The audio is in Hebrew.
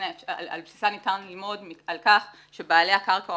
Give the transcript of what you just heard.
שעל בסיסה ניתן ללמוד על כך שבעלי הקרקע או